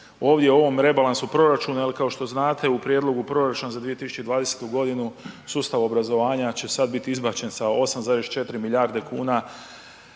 ovdje u ovom rebalansu proračuna jer kao što znate u Prijedlogu proračuna za 2020. g. sustav obrazovanja će sad biti izbačen sa 8,4 milijarde kuna